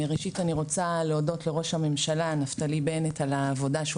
ראשית אני רוצה להודות לראש הממשלה נפתלי בנט על העבודה שהוא